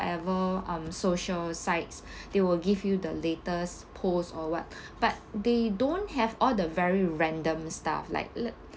whatever um social sites they will give you the latest post or what but they don't have all the very random stuff like